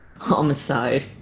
homicide